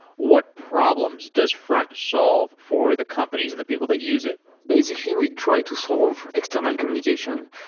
what problems does front solve for the companies and the people that use it? basically, we try to solve external communication.